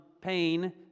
pain